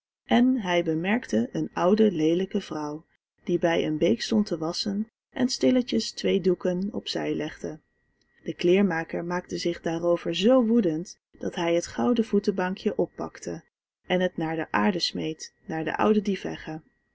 en hij bemerkte een oude leelijke vrouw die bij een beek stond te wasschen en stilletjes twee doeken op zij legde de kleermaker maakte zich daarover z woedend dat hij het gouden voetebankje oppakte en het naar de aarde smeet naar de oude